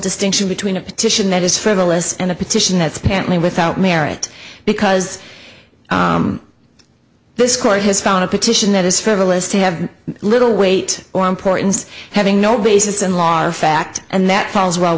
distinction between a petition that is frivolous and a petition that stanley without merit because this court has found a petition that is frivolous to have little weight or importance having no basis in law or fact and that falls well